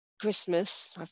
Christmas